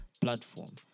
platform